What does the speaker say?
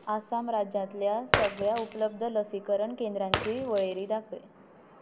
आसाम राज्यांतल्या सगळ्या उपलब्ध लसीकरण केंद्रांची वळेरी दाखय